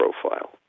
profile